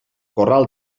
corral